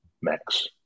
max